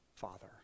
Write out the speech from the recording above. Father